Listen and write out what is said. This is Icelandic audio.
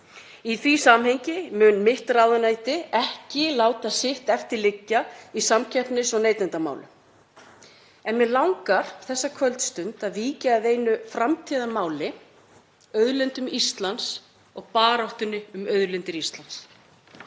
Í því samhengi mun mitt ráðuneyti ekki láta sitt eftir liggja í samkeppnis- og neytendamálum. Mig langar þessa kvöldstund að víkja að einu framtíðarmáli; auðlindum Íslands og baráttunni um auðlindir Íslands.